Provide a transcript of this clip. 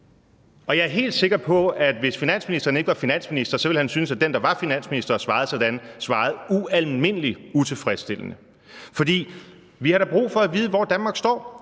og jeg er helt sikker på, at hvis finansministeren ikke var finansminister, så ville han, hvis den, der var finansminister, svarede sådan, synes, at vedkommende svarede ualmindelig utilfredsstillende. For vi har da brug for at vide, hvor Danmark står.